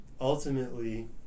ultimately